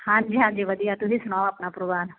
ਹਾਂਜੀ ਹਾਂਜੀ ਵਧੀਆ ਤੁਸੀਂ ਸੁਣਾਓ ਆਪਣਾ ਪਰਿਵਾਰ